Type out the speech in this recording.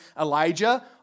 Elijah